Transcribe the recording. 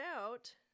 out